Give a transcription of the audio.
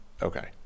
Okay